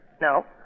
No